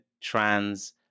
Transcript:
trans